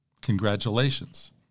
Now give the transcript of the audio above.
Congratulations